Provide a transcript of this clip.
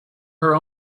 her